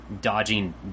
dodging